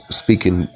speaking